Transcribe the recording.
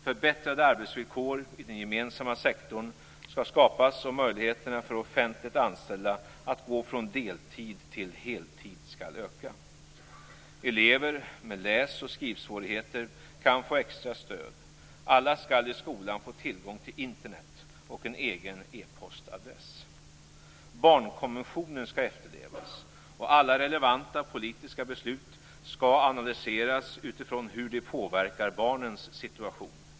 Förbättrade arbetsvillkor i den gemensamma sektorn skapas och möjligheterna för offentligt anställda att gå från deltid till heltid skall öka. Elever med läs och skrivsvårigheter kan få extra stöd. Alla skall i skolan få tillgång till Internet och en egen e-postadress. Barnkonventionen skall efterlevas och alla relevanta politiska beslut skall analyseras utifrån hur de påverkar barnens situation.